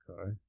Okay